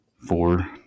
Four